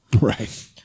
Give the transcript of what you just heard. Right